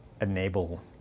enable